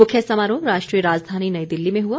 मुख्य समारोह राष्ट्रीय राजधानी नई दिल्ली में हुआ